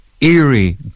eerie